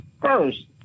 first